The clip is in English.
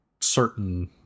certain